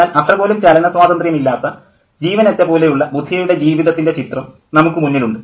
എന്നാൽ അത്ര പോലും ചലന സ്വാതന്ത്ര്യം ഇല്ലാത്ത ജീവനറ്റ പോലെയുള്ള ബുധിയയുടെ ജീവിതത്തിൻ്റെ ചിത്രം നമുക്കു മുന്നിലുണ്ട്